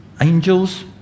angels